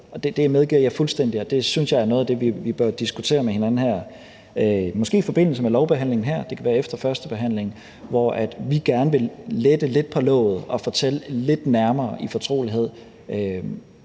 Det medgiver jeg fuldstændig, og det synes jeg er noget af det, vi bør diskutere med hinanden, måske i forbindelse med lovbehandlingen her – det kan være efter førstebehandlingen – hvor vi gerne vil lette lidt på låget og i fortrolighed